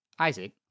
Isaac